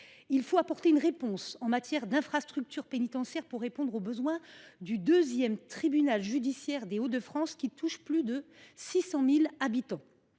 moi apporter une réponse en matière d’infrastructures pénitentiaires pour répondre aux besoins du deuxième tribunal judiciaire des Hauts de France, qui touche plus de 600 000 habitants.